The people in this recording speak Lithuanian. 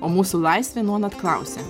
o mūsų laisvė nuolat klausia